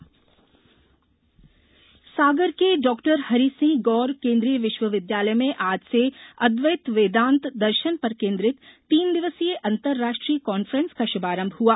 एकात्मता मंथन सागर के डॉक्टर हरि सिंह गौर केंद्रीय विश्वविद्यालय में आज से अद्वैत वेदांत दर्शन पर केंद्रित तीन दिवसीय अंतरराष्ट्रीय कांफ्रेंस का शभारंभ हआ